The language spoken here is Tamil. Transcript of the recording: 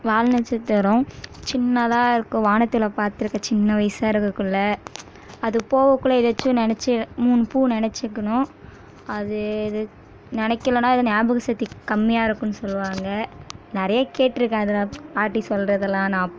வால்நட்சத்திரம் சின்னதாக இருக்கும் வானத்தில் பாத்திருக்கேன் சின்ன வயசா இருக்கக்குள்ளே அது போகக்குள்ளே ஏதாச்சும் நெனைச்சி மூணு பூ நெனைச்சிக்கணும் அது நெனைக்கிலன்னா ஏதும் நியாபக சக்தி கம்மியாக இருக்குன்னு சொல்வாங்க நிறையா கேட்டுருக்கேன் அது நான் பாட்டி சொல்றதெல்லாம் நான்